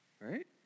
right